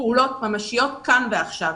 פעולות ממשיות כאן ועכשיו.